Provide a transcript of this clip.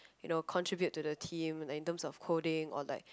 you know contribute to the team like in terms of coding or like